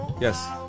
Yes